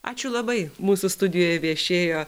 ačiū labai mūsų studijoje viešėjo